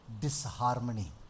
disharmony